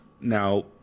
Now